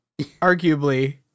Arguably